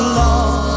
love